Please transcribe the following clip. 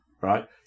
Right